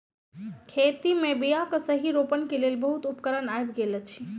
खेत मे बीयाक सही रोपण के लेल बहुत उपकरण आइब गेल अछि